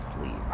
Sleeves